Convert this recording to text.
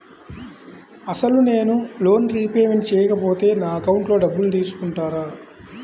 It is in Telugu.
అసలు నేనూ లోన్ రిపేమెంట్ చేయకపోతే నా అకౌంట్లో డబ్బులు తీసుకుంటారా?